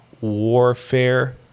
warfare